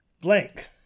Blank